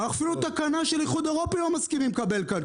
אפילו תקנה של איחוד אירופי לא מסכימים לקבל כאן,